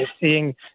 seeing